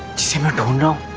secret door.